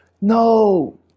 No